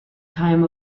time